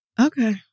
Okay